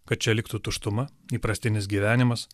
kad čia liktų tuštuma įprastinis gyvenimas